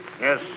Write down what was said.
Yes